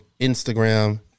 Instagram